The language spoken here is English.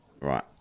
Right